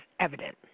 evident